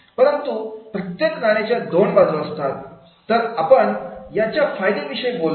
परंतु प्रत्येक नाण्याच्या दोन बाजू असतात तर आपण याच्या फायद्याविषयी बोललो